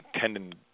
tendon